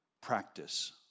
practice